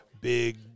big